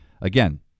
again